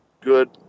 good